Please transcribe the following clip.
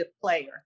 player